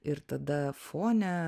ir tada fone